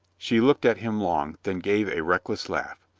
she looked at him long, then gave a reckless laugh.